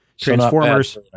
Transformers